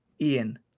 Ian